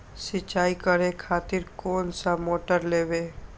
सीचाई करें खातिर कोन सा मोटर लेबे?